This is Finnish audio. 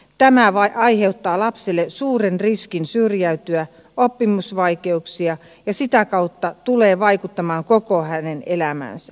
tämä aiheuttaa lapselle suuren riskin syrjäytyä oppimisvaikeuksia ja sitä kautta se tulee vaikuttamaan koko hänen elämäänsä